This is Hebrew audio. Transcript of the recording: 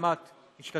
גם את השתתפת,